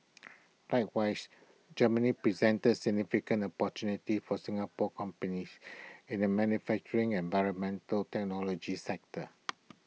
likewise Germany presents significant opportunities for Singapore companies in the manufacturing and environmental technology sectors